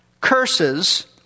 curses